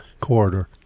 Corridor